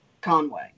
Conway